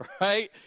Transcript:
right